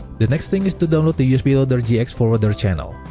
the next thing is to download the usb loader gx forwarder channel.